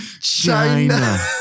China